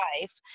life